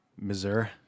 Missouri